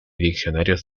diccionarios